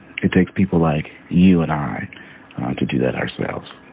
it takes people like you and i to do that ourselves.